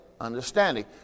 understanding